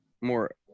more